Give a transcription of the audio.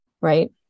right